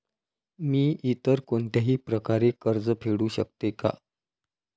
मी इतर कोणत्याही प्रकारे कर्ज फेडू शकते का?